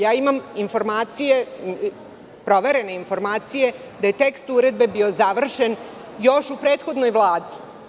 Ja imam proverene informacije da je tekst uredbe bio završen još u prethodnoj Vladi.